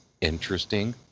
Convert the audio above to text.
interesting